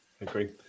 agree